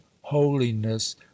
holiness